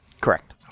Correct